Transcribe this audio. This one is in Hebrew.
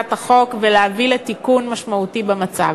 הצעת החוק ולהביא לתיקון משמעותי במצב.